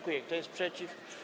Kto jest przeciw?